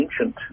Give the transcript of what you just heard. ancient